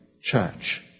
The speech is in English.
church